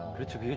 were too